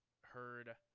heard